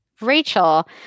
Rachel